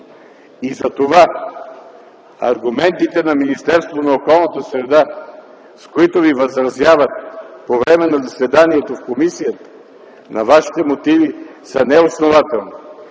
Затова аргументите на Министерството на околната среда и водите, с които възразяват по време на заседанието в комисията на Вашите мотиви, са неоснователни.